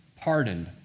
pardoned